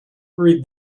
read